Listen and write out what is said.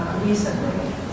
recently